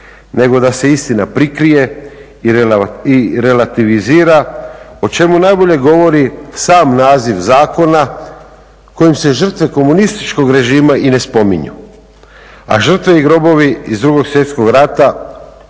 nego da se istina prikrije i relativizira o čemu najbolje govori sam naziv zakona kojim se žrtve komunističkog režima i ne spominju, a žrtveni grobovi iz II. Svjetskog rata